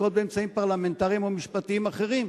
ננקוט אמצעים פרלמנטריים או משפטיים אחרים,